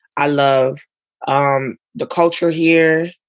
i love ah um the culture here.